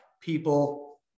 people